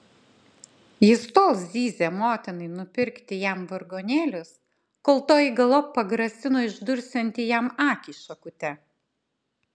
jis tol zyzė motinai nupirkti jam vargonėlius kol toji galop pagrasino išdursianti jam akį šakute